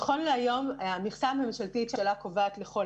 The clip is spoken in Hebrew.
נכון להיום המכסה הממשלתית שהממשלה קובעת לכל